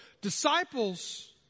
disciples